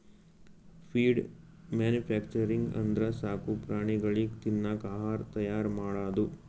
feed manufacturing ಅಂದ್ರ ಸಾಕು ಪ್ರಾಣಿಗಳಿಗ್ ತಿನ್ನಕ್ ಆಹಾರ್ ತೈಯಾರ್ ಮಾಡದು